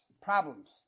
problems